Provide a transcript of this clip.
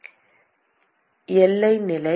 மாணவர் எல்லை நிலை